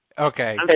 Okay